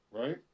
right